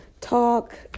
talk